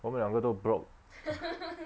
我们两个都 broke